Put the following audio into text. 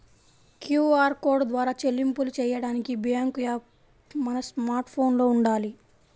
QR code ద్వారా చెల్లింపులు చెయ్యడానికి బ్యేంకు యాప్ మన స్మార్ట్ ఫోన్లో వుండాలి